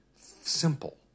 Simple